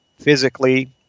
physically